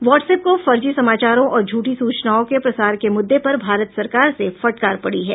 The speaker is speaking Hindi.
व्हाट्स ऐप को फर्जी समाचारों और झूठी सूचनाओं के प्रसार के मुद्दे पर भारत सरकार से फटकार पड़ी है